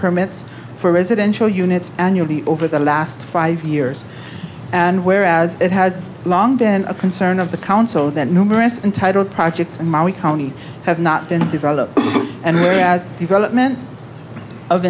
permits for residential units annually over the last five years and where as it has long been a concern of the council that numerous entitled projects in mali county have not been developed and